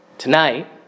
Tonight